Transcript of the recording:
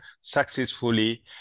successfully